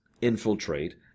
infiltrate